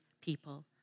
people